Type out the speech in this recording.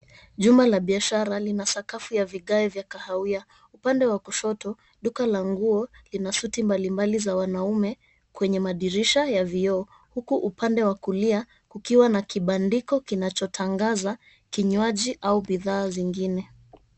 Jumba la biashara lina sakafu ya vigae vya kahawia, upande wa kushoto duka la nguo lina suti mbali mbali za wanaume kwenye madirisha ya vioo, huku upande wa kulia kukiwa na kibandiko kinachotangaza kinywaji au bidhaa zingine.